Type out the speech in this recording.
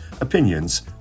opinions